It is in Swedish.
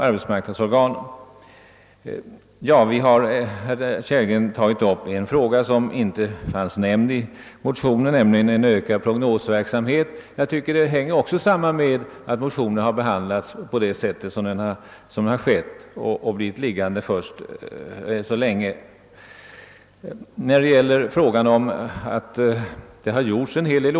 Det är riktigt, herr Kellgren, att reservanterna tagit upp en fråga som inte berörts i motionen, nämligen om en ökad prognosverksamhet. Det hänger också samman med det sätt på vilket motionen behandlats, d. v. s. att den blivit liggande så länge. Herr Kellgren framhåller att det redan gjorts en hel del.